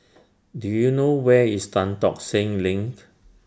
Do YOU know Where IS Tan Tock Seng LINK